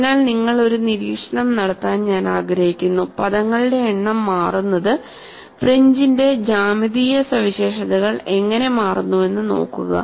അതിനാൽ നിങ്ങൾ ഒരു നിരീക്ഷണം നടത്താൻ ഞാൻ ആഗ്രഹിക്കുന്നു പദങ്ങളുടെ എണ്ണം മാറുന്നത് ഫ്രിഞ്ചിന്റെ ജ്യാമിതീയ സവിശേഷതകൾ എങ്ങനെ മാറുന്നുവെന്ന് നോക്കുക